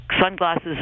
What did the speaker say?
sunglasses